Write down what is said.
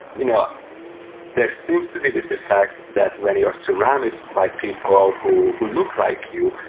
you know there seems to be this effect that when you're surrounded by people who who look like you,